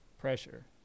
pressure